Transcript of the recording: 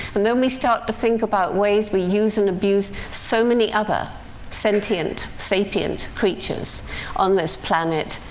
and then we start to think about ways we use and abuse so many other sentient, sapient creatures on this planet,